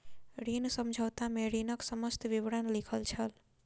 ऋण समझौता में ऋणक समस्त विवरण लिखल छल